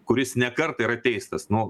kuris ne kartą yra teistas nu